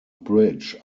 bridge